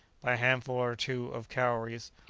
by a handful or two of cowries,